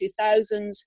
2000s